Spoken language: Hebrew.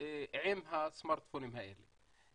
עם הסמרטפונים האלה.